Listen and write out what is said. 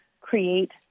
create